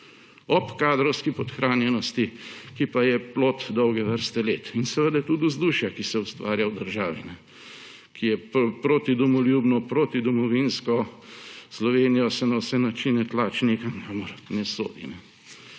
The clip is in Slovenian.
ob kadrovski podhranjenosti, ki pa je plod dolge vrste let, in seveda tudi vzdušja, ki se ustvarja v državi, ki je protidomoljubno, protidomovinsko. Slovenijo se na vse načine tlači nekam, kamor ne sodi.